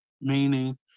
meaning